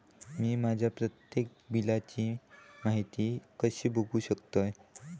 मी माझ्या प्रत्येक बिलची माहिती कशी बघू शकतय?